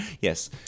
yes